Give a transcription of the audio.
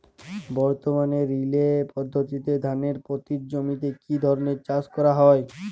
বর্তমানে রিলে পদ্ধতিতে ধানের পতিত জমিতে কী ধরনের চাষ করা হয়?